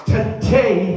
Today